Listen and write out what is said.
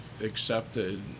accepted